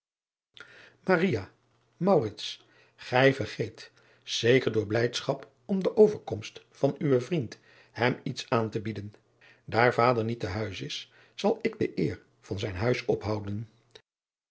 ij vergeet zeker door blijdschap om de overkomst van uwen vriend hem iets aan te bieden aar vader niet te huis is zal ik de eer van zijn huis ophouden